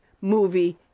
movie